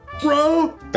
bro